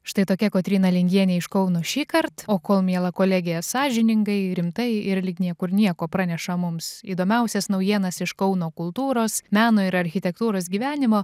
štai tokia kotryna lingienė iš kauno šįkart o kol miela kolegė sąžiningai rimtai ir lyg niekur nieko praneša mums įdomiausias naujienas iš kauno kultūros meno ir architektūros gyvenimo